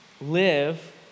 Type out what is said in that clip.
live